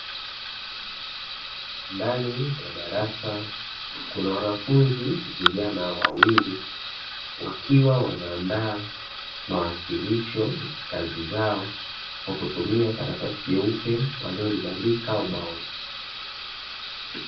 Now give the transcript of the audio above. Ndani ya darasa kuna wanafunzi vijana wawili, wakiwa wanaandaa mawasilisho ya kazi zao, kwa kutumia karatasi jeupe waliolibandika ubaoni.